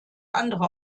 andere